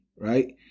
right